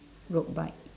road bike